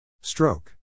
Stroke